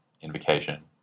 invocation